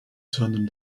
turned